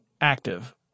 active